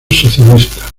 socialista